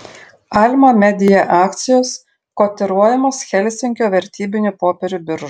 alma media akcijos kotiruojamos helsinkio vertybinių popierių biržoje